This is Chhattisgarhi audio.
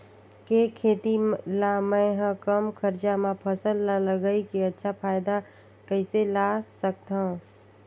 के खेती ला मै ह कम खरचा मा फसल ला लगई के अच्छा फायदा कइसे ला सकथव?